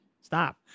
stop